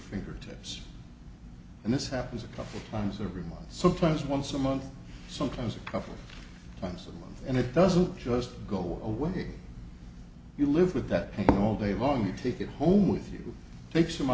fingertips and this happens a couple times every month sometimes once a month sometimes a couple times a month and it doesn't just go away you live with that all day long you take it home with you take